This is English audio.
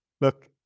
look